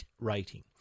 rating